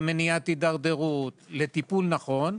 על מנת למנוע הידרדרות ולהעניק טיפול נכון.